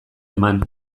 eman